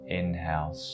Inhale